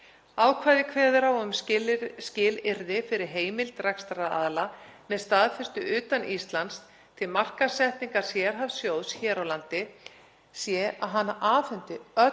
Ákvæðið kveður á um skilyrði fyrir heimild rekstraraðila með staðfestu utan Íslands til markaðssetningar sérhæfð sjóðs hér á landi sé að hann afhendi öll